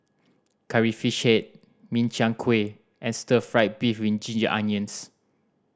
Curry Fish Head Min Chiang Kueh and stir fried beef with ginger onions